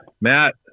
Matt